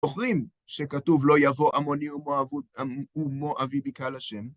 זוכרים שכתוב לא יבוא עמוני ומואבי בקהל השם?